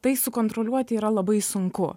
tai sukontroliuoti yra labai sunku